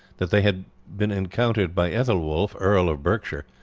that they had been encountered by aethelwulf, earl of berkshire,